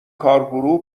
کارگروه